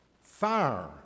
fire